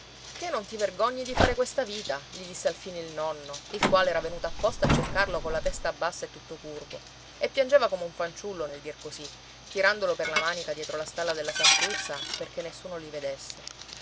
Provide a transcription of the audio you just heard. che non ti vergogni di fare questa vita gli disse alfine il nonno il quale era venuto apposta a cercarlo colla testa bassa e tutto curvo e piangeva come un fanciullo nel dir così tirandolo per la manica dietro la stalla della santuzza perché nessuno li vedesse